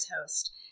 host